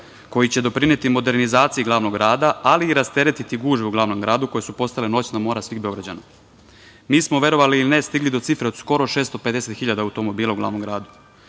koji će doprineti modernizaciji glavnog grada, ali i rasteretiti gužve u glavnom gradu koje su postale noćna mora svih Beograđana. Mi smo, verovali ili ne, stigli do cifre od skoro 650.000 automobila u glavnom gradu.